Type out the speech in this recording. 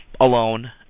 alone